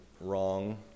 wrong